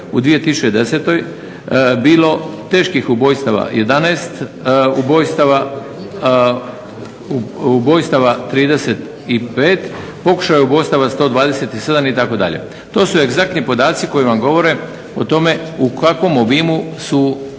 u 2010. bilo teških ubojstava 11, ubojstava 35, pokušaja ubojstava 127 itd. To su egzaktni podaci koji vam govore o tome u kakvom su obimu ova